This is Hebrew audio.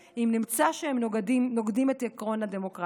אם נמצא שהם נוגדים את עקרון הדמוקרטיה.